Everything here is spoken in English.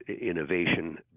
innovation